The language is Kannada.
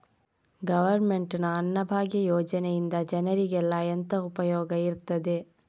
ಗವರ್ನಮೆಂಟ್ ನ ಅನ್ನಭಾಗ್ಯ ಯೋಜನೆಯಿಂದ ಜನರಿಗೆಲ್ಲ ಎಂತ ಉಪಯೋಗ ಇರ್ತದೆ?